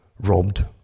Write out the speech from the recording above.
robbed